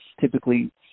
typically